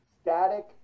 Static